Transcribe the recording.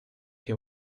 you